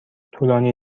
طولانی